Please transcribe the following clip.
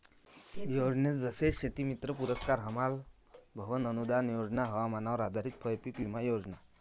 योजने जसे शेतीमित्र पुरस्कार, हमाल भवन अनूदान योजना, हवामानावर आधारित फळपीक विमा योजना